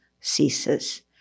ceases